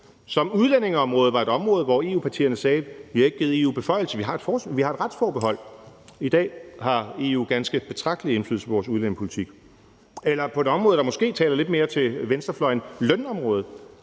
på. Udlændingeområdet var et område, hvor EU-partierne sagde: Vi har ikke givet EU beføjelser; vi har et retsforbehold. I dag har EU ganske betragtelig indflydelse på vores udlændingepolitik. Der er også et område, der måske taler lidt mere til venstrefløjen: Lønområdet.